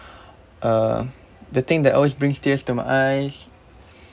uh the thing that always brings tears to my eyes